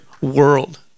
world